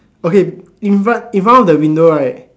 okay in front in front of the window right